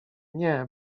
nie